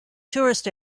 tourist